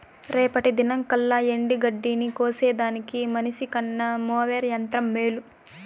రేపటి దినంకల్లా ఎండగడ్డిని కోసేదానికి మనిసికన్న మోవెర్ యంత్రం మేలు